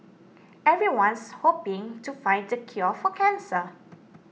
everyone's hoping to find the cure for cancer